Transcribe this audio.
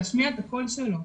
להשמיע את הקול שלנו.